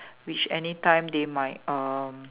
which anytime they might um